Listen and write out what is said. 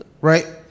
Right